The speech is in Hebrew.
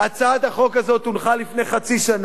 הצעת החוק הזאת הונחה לפני חצי שנה.